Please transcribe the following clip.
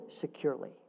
securely